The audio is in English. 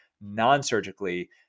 non-surgically